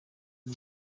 uyu